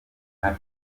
nka